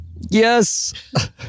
yes